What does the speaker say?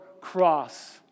cross